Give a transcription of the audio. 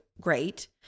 great